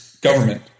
government